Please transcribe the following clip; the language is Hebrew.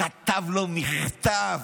כתב לו מכתב.